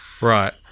right